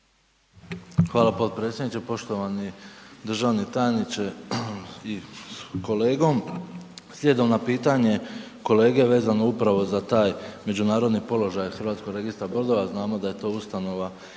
Hvala potpredsjedniče. Poštovani državni tajniče s kolegom, slijedom na pitanje kolege vezano upravo za taj međunarodni položaj HBR-a, znamo da je to ustanova